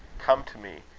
come to me,